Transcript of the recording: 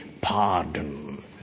pardon